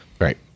Right